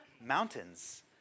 mountains